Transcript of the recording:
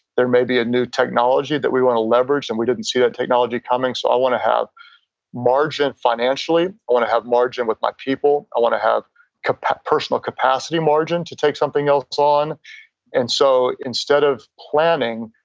there may be a new technology that we want to leverage. and we didn't see that technology coming. so i'll want to have margin financially. i want to have margin with my people. i want to have personal capacity margin to take something else on and so instead of planning,